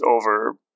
over